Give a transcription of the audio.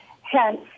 Hence